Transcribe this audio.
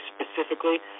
specifically